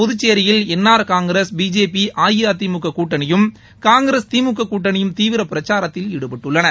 புதுச்சேரியில் N R Congress BJP AIADMK கூட்டணியும் காங்கிரஸ் திமுக கூட்டணியும் தீவிர பிரச்சாரத்தில் ஈடுபட்டுள்ளன